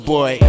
Boy